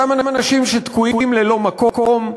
אותם אנשים שתקועים ללא מקום,